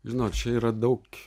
žinot čia yra daug